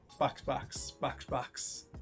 boxboxboxbox